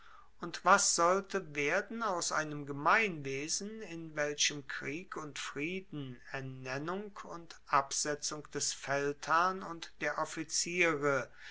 und was sollte werden aus einem gemeinwesen in welchem krieg und frieden ernennung und absetzung des feldherrn und der offiziere